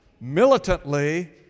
militantly